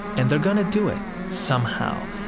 and they're going to do it somehow.